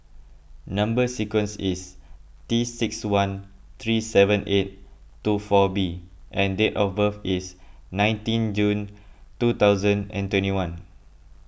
Number Sequence is T six one three seven eight two four B and date of birth is nineteen June two thousand and twenty one